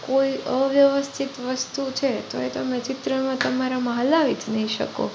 કોઈ અવ્યવસ્થિત વસ્તુ છે તો એ તમે ચિત્રમાં તમારામાં હલાવી જ નહીં શકો